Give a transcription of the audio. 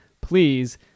please